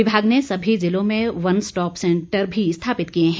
विभाग ने सभी जिलों में वन स्टॉप सेंटर भी स्थापित किए हैं